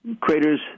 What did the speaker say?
Craters